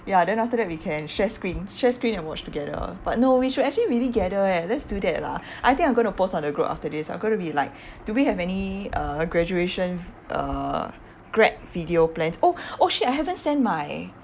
ya then after that we can share screen share screen and watch together but no we should actually really gather eh let's do that lah I think I'm going to post on the group after this I'm going to be like do we have any uh graduation uh grad video plans oh oh shit I haven't send my